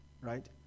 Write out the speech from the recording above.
Right